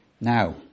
Now